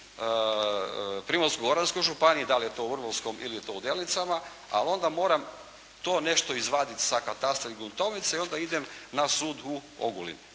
Primorsko-Goranskoj županiji. Da li je to u Vrbovskom ili je to u Delnicama? Ali onda moram to nešto izvaditi sa katastra i gruntovnice i onda idem na sud u Ogulin.